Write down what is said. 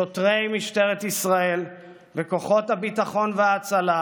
שוטרי משטרת ישראל וכוחות הביטחון וההצלה,